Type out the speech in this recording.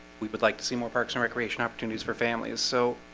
we would like to see more parks and recreation opportunities for families. so